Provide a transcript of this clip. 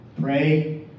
pray